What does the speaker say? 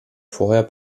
vorher